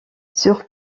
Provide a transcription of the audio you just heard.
sur